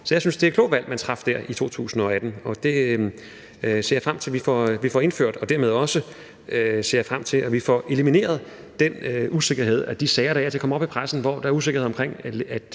Så jeg synes, det var et klogt valg, man traf der i 2018, og det ser jeg frem til vi får indført, og dermed ser jeg også frem til, at vi får elimineret den usikkerhed om de sager, der af og til kommer op i pressen, hvor der er usikkerhed omkring, om